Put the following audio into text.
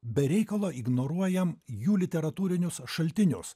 be reikalo ignoruojam jų literatūrinius šaltinius